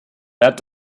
that